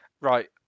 Right